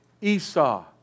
Esau